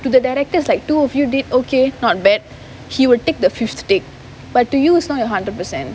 to the director is like two of you did okay not bad he would take the fifth take but to you it's not your hundred percent